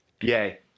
Yay